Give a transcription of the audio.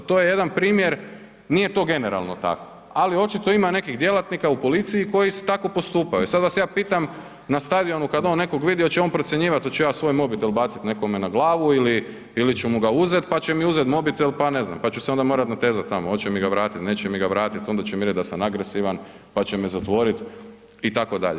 To je jedan primjer, nije to generalno tako ali očito ima nekih djelatnika u policiji koji tako postupaju, e sad vas ja pitam na stadionu kad on nekog vidi, on će on procjenjivat oću ja svoj mobitel bacit nekome na glavu ili ću mu ga uzet pa će mi uzet mobitel, pa ne znam, pa ću se onda morat natezat tamo, oće mi ga vratit, neće mi ga vratit, onda će mi reć da sam agresivan, pa će me zatvorit itd.